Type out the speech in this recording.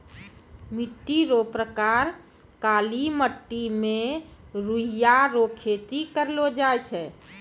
मिट्टी रो प्रकार काली मट्टी मे रुइया रो खेती करलो जाय छै